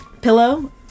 pillow